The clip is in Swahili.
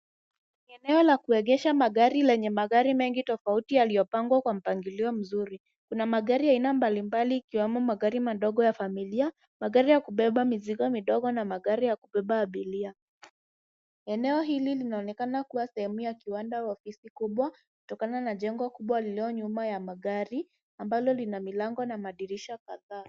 Ni eneo la kuegesha magari, lenye magari mengi tofauti, yaliyopangwa kwa mpangilio mzuri. Kuna magari ya aina mbalimbali, ikiwemo magari madogo ya familia, magari ya kubeba mizigo midogo na magari ya kubeba abiria. Eneo hili linaonekana kuwa sehemu ya kiwanda au ofisi kubwa, kutokana na jengo kubwa, lililo nyuma ya magari, ambalo lina milango na madirisha kadhaa.